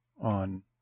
on